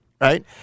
right